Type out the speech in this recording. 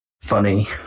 funny